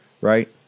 Right